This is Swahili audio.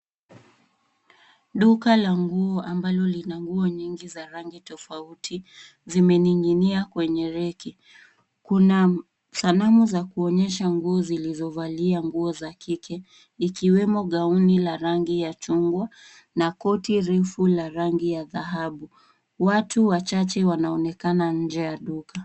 Duka la nguo ambalo lina nguo nyingi za rangi tofauti zimening'inia kwenye reki. Kuna sanamu za kuonyesha nguo zilizovalia nguo za kike ikiwemo gauni ya rangi ya chungwa na koti refu la rangi ya dhahabu. Watu wachache wanaonekana nje ya duka.